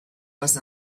was